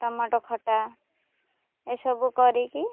tomato ଖଟା ଏସବୁ କରିକି